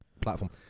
platform